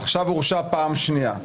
עכשיו הורשע פעם שנייה.